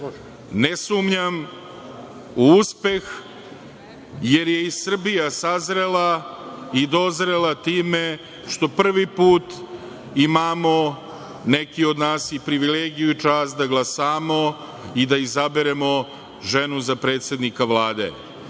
sumnjam u uspeh, jer je i Srbija sazrela i dozrela time što prvi put imamo, neki od nas i privilegiju i čast, da glasamo i da izaberemo ženu za predsednika Vlade.